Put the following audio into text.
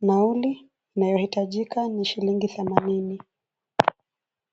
nauli inayohitajika ni shilingi themanini.